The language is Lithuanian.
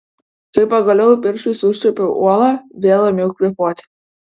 kai pagaliau pirštais užčiuopiau uolą vėl ėmiau kvėpuoti